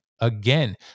Again